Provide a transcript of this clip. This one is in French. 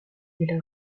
est